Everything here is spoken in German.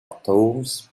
atoms